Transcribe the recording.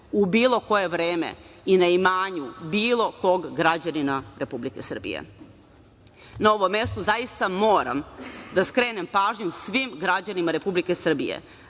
u bilo koje vreme i na imanju bilo kog građanina Republike Srbije. Na ovom mestu zaista moram da skrenem pažnju svim građanima Republike Srbije